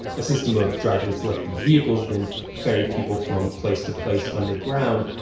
a system of driverless electric vehicles then ferry people from place to place underground,